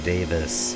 Davis